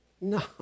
No